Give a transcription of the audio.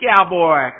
Cowboy